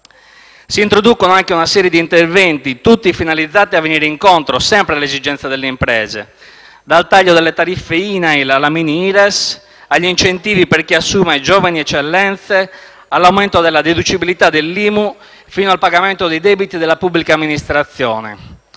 Si introduce anche una serie di interventi tutti finalizzati a venire incontro sempre alle esigenze delle imprese: dal taglio delle tariffe INAIL alla mini Ires, agli incentivi per chi assume giovani eccellenze, all'aumento della deducibilità dell'IMU fino al pagamento dei debiti della pubblica amministrazione.